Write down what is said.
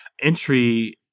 entry